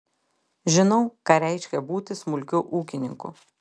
žinau ką reiškia būti smulkiu ūkininku